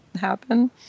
happen